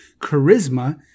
charisma